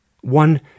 One